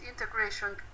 integration